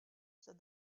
said